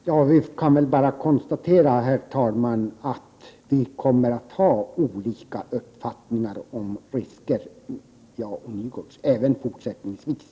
Herr talman! Jag kan bara konstatera att jag och Nygårds kommer att ha olika uppfattningar om risker i denna fråga även fortsättningsvis.